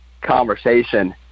conversation